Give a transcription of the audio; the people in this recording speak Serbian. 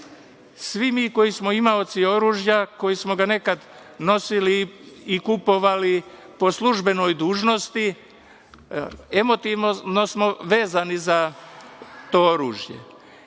Svi mi koji smo imaoci oružja, koji smo ga nekad nosili i kupovali po službenoj dužnosti, emotivno smo vezani za to oružje